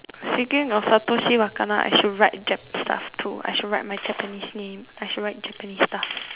speaking of I should write jap stuff too I should write my japanese name I should write japanese stuff